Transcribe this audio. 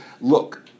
look